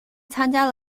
参加